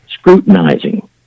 scrutinizing